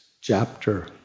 chapter